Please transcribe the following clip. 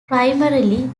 primarily